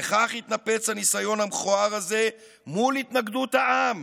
וכך יתנפץ הניסיון המכוער הזה מול התנגדות העם.